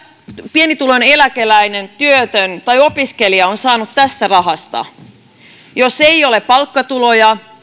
pienituloinen eläkeläinen työtön tai opiskelija on saanut tästä rahasta jos ei ole palkkatuloja